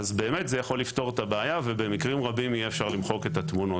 אז זה יכול לפתור את הבעיה ובמקרים רבים יהיה אפשר למחוק את התמונות.